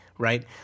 right